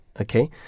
okay